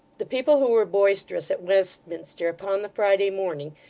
the people who were boisterous at westminster upon the friday morning,